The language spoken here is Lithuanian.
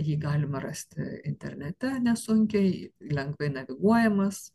jį galima rasti internete nesunkiai lengvai naviguojamas